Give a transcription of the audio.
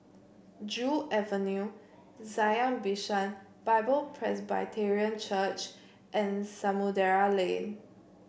Joo Avenue Zion Bishan Bible Presbyterian Church and Samudera Lane